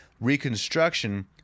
reconstruction